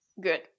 Good